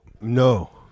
no